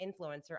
influencer